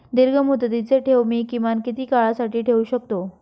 दीर्घमुदतीचे ठेव मी किमान किती काळासाठी ठेवू शकतो?